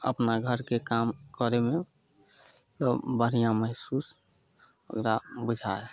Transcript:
अपना घरके काम करयमे बढ़िआँ महसूस ओकरा बुझाइ हइ